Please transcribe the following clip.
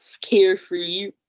carefree